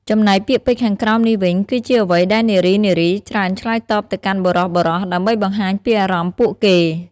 ចំណែកពាក្យពេចន៍ខាងក្រោមនេះវិញគឺជាអ្វីដែលនារីៗច្រើនឆ្លើយតបទៅកាន់បុរសៗ ដើម្បីបង្ហាញពីអារម្មណ៍ពួកគេ។